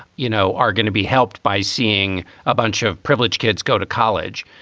you know, are going to be helped by seeing a bunch of privileged kids go to college.